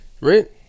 right